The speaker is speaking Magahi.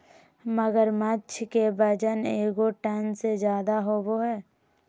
मगरमच्छ के वजन एगो टन से ज्यादा होबो हइ